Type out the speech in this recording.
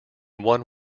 one